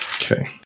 Okay